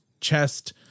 chest